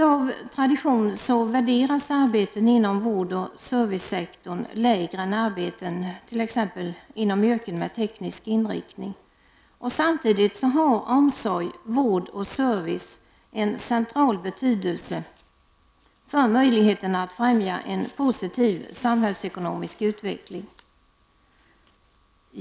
Av tradition värderas arbeten inom vårdoch servicesektorn lägre än arbeten inom t.ex. yrken med teknisk inriktning. Samtidigt har omsorg, vård och service en central betydelse för möjligheterna att främja en positiv samhällsekonomisk utveckling.